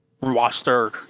roster